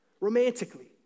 romantically